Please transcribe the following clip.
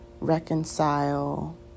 reconcile